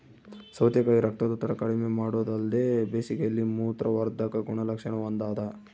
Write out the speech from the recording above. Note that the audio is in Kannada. ಸೌತೆಕಾಯಿ ರಕ್ತದೊತ್ತಡ ಕಡಿಮೆಮಾಡೊದಲ್ದೆ ಬೇಸಿಗೆಯಲ್ಲಿ ಮೂತ್ರವರ್ಧಕ ಗುಣಲಕ್ಷಣ ಹೊಂದಾದ